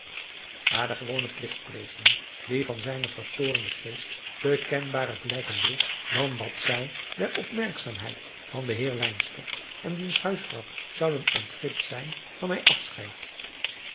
na de gewone pligtplegingen die van zijnen vertoornden geest te kenbare blijken droegen dan dat zij der opmerkzaamheid van den heer wynstok en diens huisvrouw zouden ontglipt zijn nam hij afscheid